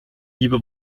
liebe